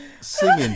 singing